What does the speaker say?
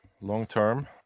long-term